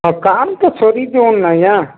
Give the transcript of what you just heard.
ଆଉ କାମ ତ ସରିଯିବ ନାଇ ଆଁ